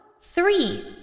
Three